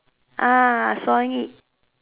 sawing it